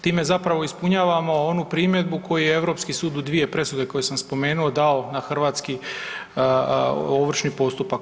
Time zapravo ispunjavamo onu primjedbu koju je europski sud u dvije presude koje sam spomenuo dao na hrvatski ovršni postupak.